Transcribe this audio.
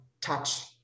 touch